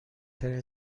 ترین